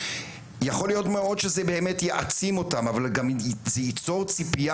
יכול להיות מאוד שזה באמת יעצים אותם אבל זה ייצור ציפייה